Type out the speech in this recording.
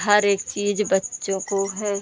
हर एक चीज़ बच्चों को है